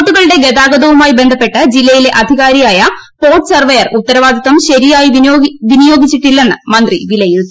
ബോട്ടുകളുടെ ഗതാഗതവുമായി ബന്ധപ്പെട്ട് ജില്ലയിലെ അധികാരിയായ പോർട്ട് സർവയർ ഉത്തരവാദിത്തം ശരിയായി വിനിയോഗിച്ചില്ലെന്ന് മന്ത്രി വിലയിരുത്തി